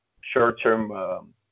short-term